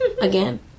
again